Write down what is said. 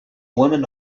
woman